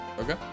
Okay